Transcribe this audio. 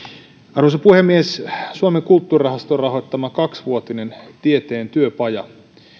arvoisa puhemies suomen kulttuurirahaston rahoittama kaksivuotinen tieteen työpaja